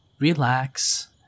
relax